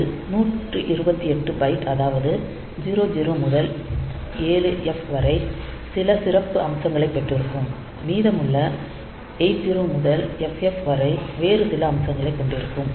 அதில் 128 பைட் அதாவது 00 முதல் 7F வரை சில சிறப்பு அம்சங்களைக் கொண்டிருக்கும் மீதமுள்ள 80 முதல் FF வரை வேறு சில அம்சங்களைக் கொண்டிருக்கும்